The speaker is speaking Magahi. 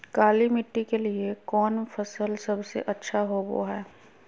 काली मिट्टी के लिए कौन फसल सब से अच्छा होबो हाय?